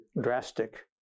drastic